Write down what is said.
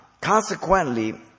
consequently